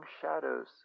shadows